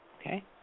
Okay